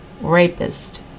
rapist